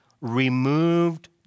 removed